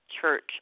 church